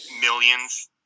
millions